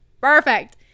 perfect